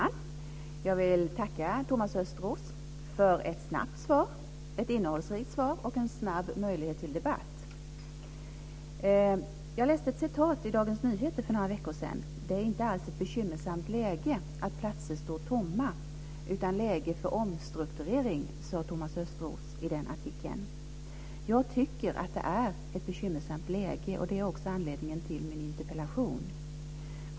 Fru talman! Jag vill tacka Thomas Östros för ett snabbt, innehållsrikt svar och en snabb möjlighet till debatt. Jag läste en artikel i Dagens Nyheter för några veckor sedan: Det är inte alls ett bekymmersamt läge att platser står tomma utan läge för omstrukturering, säger Thomas Östros i den artikeln. Jag tycker att det är ett bekymmersamt läge, och det är också anledningen till min interpellation.